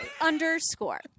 underscore